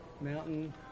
Mountain